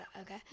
okay